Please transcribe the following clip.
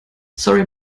sorry